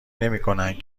نمیکنند